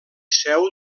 seu